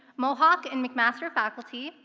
mohawk and mcmaster faculty,